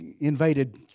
invaded